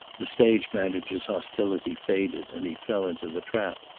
the stage manager's hostility faded, and he fell into the trap.